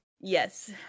yes